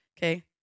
okay